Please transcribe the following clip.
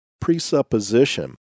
presupposition